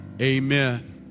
amen